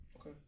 Okay